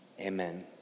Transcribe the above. amen